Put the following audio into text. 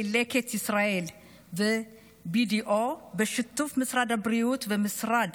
לקט ישראל ו-BDO בשיתוף משרד הבריאות ומשרד